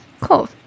Cool